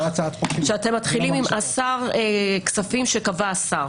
כשאתם מתחילים עם "כספים שקבע השר".